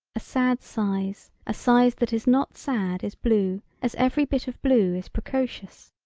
a sad size a size that is not sad is blue as every bit of blue is precocious.